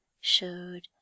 showed